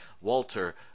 Walter